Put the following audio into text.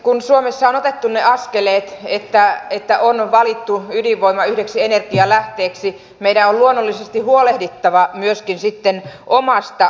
kun suomessa on otettu ne askeleet että on valittu ydinvoima yhdeksi energialähteeksi meidän on luonnollisesti huolehdittava myöskin sitten omasta jätteestämme